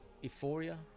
Euphoria